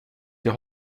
till